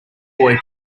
boy